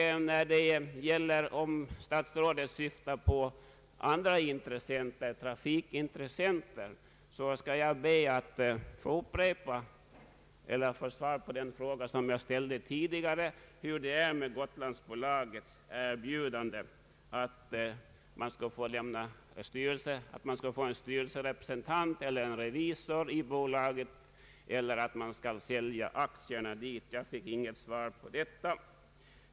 Om statsrådet syftar på trafikintressenter, så skall jag be att få svar på den fråga som jag ställde i mitt förra anförande: Hur är det med Gotlandsbolagets erbjudande om att staten skulle få en styrelserepresentant eller en revisor i bolaget eller att bolaget skulle sälja aktierna till staten? Jag fick inget svar på detta.